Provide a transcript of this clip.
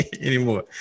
Anymore